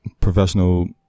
professional